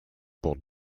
pour